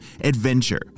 adventure